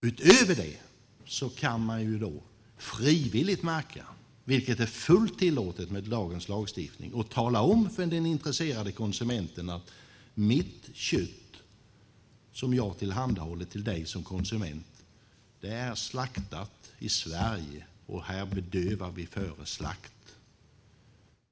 Utöver det kan man frivilligt märka, vilket är fullt tillåtet med dagens lagstiftning, och tala om för den intresserade konsumenten att det kött jag tillhandahåller dig som konsument är slaktat i Sverige - och här bedövar vi före slakt.